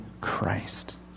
Christ